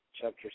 chapter